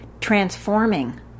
transforming